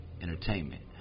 Entertainment